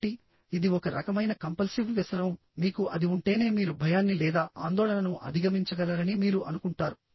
కాబట్టి ఇది ఒక రకమైన కంపల్సివ్ వ్యసనం మీకు అది ఉంటేనే మీరు భయాన్ని లేదా ఆందోళనను అధిగమించగలరని మీరు అనుకుంటారు